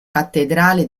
cattedrale